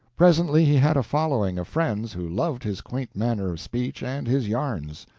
presently he had a following of friends who loved his quaint manner of speech and his yarns.